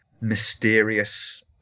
mysterious